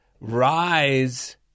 rise